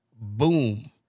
Boom